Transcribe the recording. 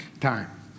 time